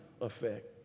effect